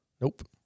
Nope